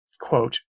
quote